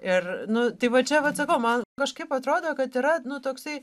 ir nu tai va čia vat sakau man kažkaip atrodo kad yra nu toksai